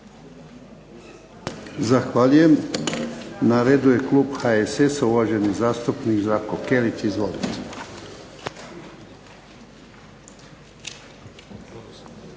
Zahvaljujem. Na redu je klub HSS-a, uvaženi zastupnik Zdravko Kelić. Izvolite.